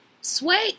sway